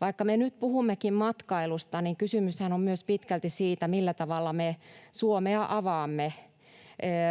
Vaikka me nyt puhummekin matkailusta, niin kysymyshän on pitkälti myös siitä, millä tavalla me Suomea avaamme, siitä,